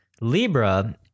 Libra